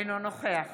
אינו נוכח